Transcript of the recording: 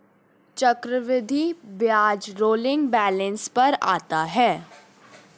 चक्रवृद्धि ब्याज rolling balance पर आता है